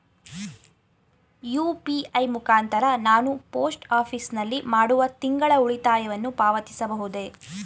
UPI ಮುಖಾಂತರ ನಾನು post office ನಲ್ಲಿ ಮಾಡುವ ತಿಂಗಳ ಉಳಿತಾಯವನ್ನು ಪಾವತಿಸಬಹುದೇ?